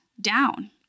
down